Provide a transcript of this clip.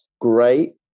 great